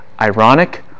Ironic